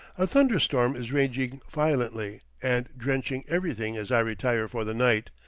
a thunder-storm is raging violently and drenching everything as i retire for the night,